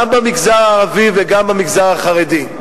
גם במגזר הערבי וגם במגזר החרדי.